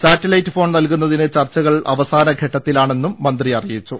satellite phone നൽകു ന്നതിന് ചർച്ചകൾ അവസാന ഘട്ടത്തിലാണെന്നും മന്ത്രി അറിയിച്ചു